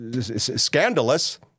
scandalous